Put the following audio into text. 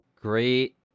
Great